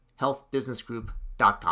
healthbusinessgroup.com